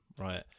right